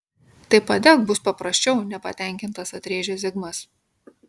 tai padek bus paprasčiau nepatenkintas atrėžė zigmas